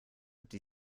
die